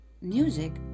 music